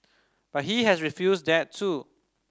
but he has refused that too